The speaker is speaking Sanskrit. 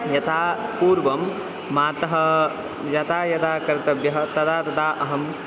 यथा पूर्वं मात्रा यथा यथा कर्तव्यं तदा तदा अहम्